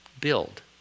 Build